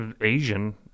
Asian